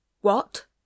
What